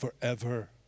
forever